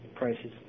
Prices